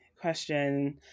question